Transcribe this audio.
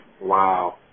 Wow